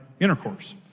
intercourse